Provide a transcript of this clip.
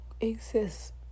exist